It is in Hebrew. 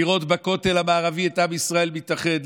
לראות בכותל המערבי את עם ישראל מתאחד,